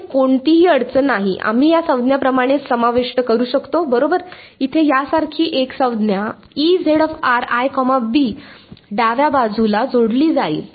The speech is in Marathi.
येथे कोणतीही अडचण नाही आम्ही या संज्ञा प्रमाणेच समाविष्ट करू शकतो बरोबर इथे यासारखी एक संज्ञा डाव्या बाजूला जोडली जाईल